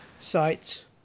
sites